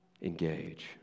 Engage